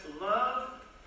love